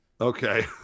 Okay